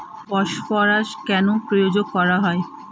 Phosphorus কেন প্রয়োগ করা হয়?